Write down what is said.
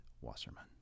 Wasserman